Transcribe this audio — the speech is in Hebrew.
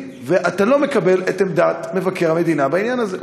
ואתה לא מקבל את עמדת מבקר המדינה בעניין הזה?